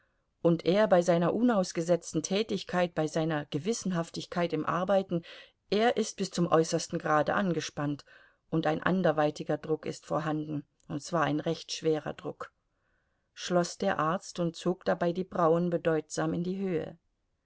und er bei seiner unausgesetzten tätigkeit bei seiner gewissenhaftigkeit im arbeiten er ist bis zum äußersten grade angespannt und ein anderweitiger druck ist vorhanden und zwar ein recht schwerer druck schloß der arzt und zog dabei die brauen bedeutsam in die höhe